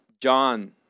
John